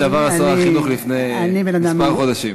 מה שעבר על שר החינוך לפני כמה חודשים.